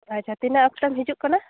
ᱟᱪᱪᱷᱟ ᱛᱤᱱᱟᱹᱜ ᱚᱠᱛᱚᱢ ᱦᱤᱡᱩᱜ ᱠᱟᱱᱟ